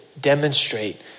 demonstrate